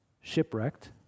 shipwrecked